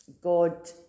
God